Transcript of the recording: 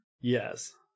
Yes